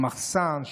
המחסן,